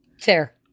Fair